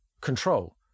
control